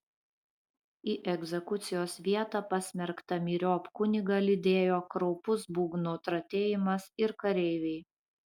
į egzekucijos vietą pasmerktą myriop kunigą lydėjo kraupus būgnų tratėjimas ir kareiviai